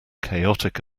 chaotic